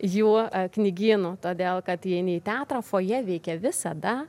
juo knygynu todėl kad jei nei teatro fojė veikė visada